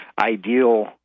ideal